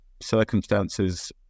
circumstances